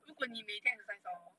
如果你每天 exercise hor